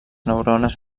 neurones